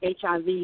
HIV